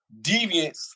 deviance